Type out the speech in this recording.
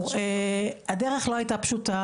הדרך לא היתה פשוטה.